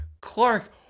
Clark